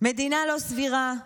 מדינה לא סבירה,